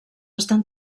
estan